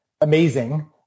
amazing